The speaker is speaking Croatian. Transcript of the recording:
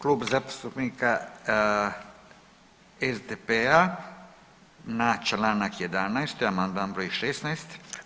Klub zastupnika SDP-a na Članak 11., amandman broj 16.